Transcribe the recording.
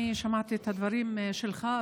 אני שמעתי את הדברים שלך,